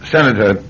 Senator